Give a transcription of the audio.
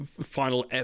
final